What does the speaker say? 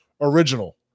original